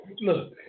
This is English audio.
look